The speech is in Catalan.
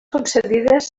concedides